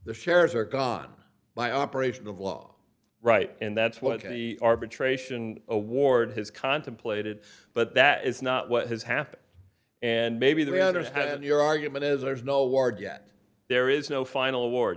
the shares are gone by operation of law right and that's what the arbitration award has contemplated but that is not what has happened and maybe the way others have your argument is there is no word yet there is no final awar